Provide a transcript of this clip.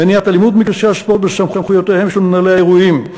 מניעת אלימות במגרשי הספורט וסמכויותיהם של מנהלי האירועים.